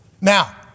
Now